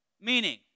meaning